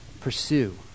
Pursue